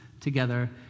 together